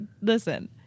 Listen